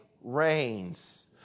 reigns